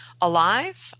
alive